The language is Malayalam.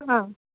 ആ